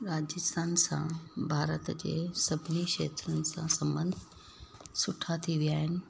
राजस्थान सां भारत जे सभिनी खेत्रनि सां संबंध सुठा थी विया आहिनि